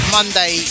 Monday